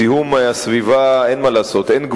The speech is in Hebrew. לזיהום הסביבה, אין מה לעשות, אין גבולות.